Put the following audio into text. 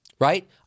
right